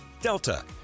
Delta